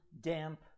damp